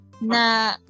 Na